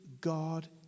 God